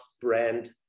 brand